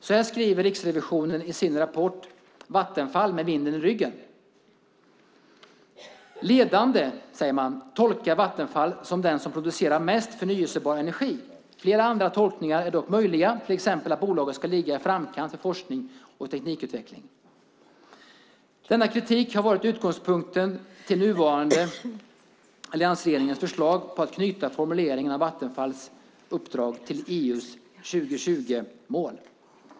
Så här skriver Riksrevisionen i sin rapport Vattenfall - med vind i ryggen? : "'Ledande' tolkar Vattenfall som den som producerar mest förnybar energi. Flera andra tolkningar är dock möjliga, till exempel att bolaget ska ligga i framkanten för forskning och teknikutveckling." Denna kritik har varit utgångspunkten för den nuvarande alliansregeringens förslag om att knyta formuleringen om Vattenfalls uppdrag till EU:s 2020-mål.